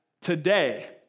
today